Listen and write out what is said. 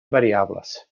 variables